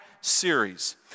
series